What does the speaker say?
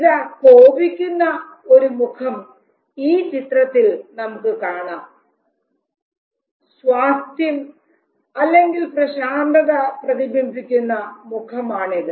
ഇതാ കോപിക്കുന്ന ഒരു മുഖം ഈ ചിത്രത്തിൽ നമുക്ക് കാണാം സ്വാസ്ഥ്യം അല്ലെങ്കിൽ പ്രശാന്തത പ്രതിബിംബിക്കുന്ന മുഖമാണിത്